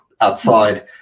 outside